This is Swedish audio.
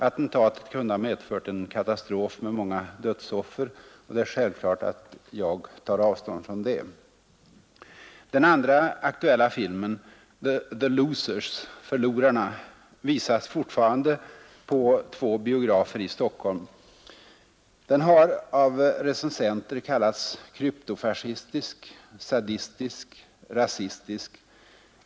Attentatet kunde ha medfört en katastrof med många dödsoffer, och det är självklart att jag tar avstånd från det. Den andra aktuella filmen, The Losers, Förlorarna, visas fortfarande på två biografer i Stockholm, Den har av recensenterna kallats ”kryptofascistisk”, ”sadistisk”, ”rasistisk”.